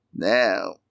Now